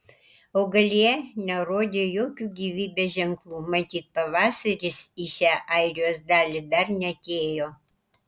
augalija nerodė jokių gyvybės ženklų matyt pavasaris į šią airijos dalį dar neatėjo